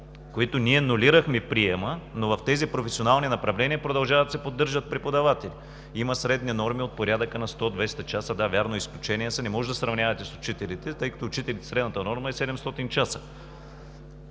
които ние анулирахме приема, но в тези професионални направления продължават да се поддържат преподаватели. Има средна норма от порядъка на 100 – 200 часа. Да, вярно е, изключение са. Не може да я сравнявате с учителите, тъй като при учителите средната норма е 700 часа,